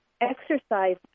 exercise